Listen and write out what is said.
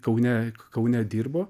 kaune kaune dirbo